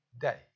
day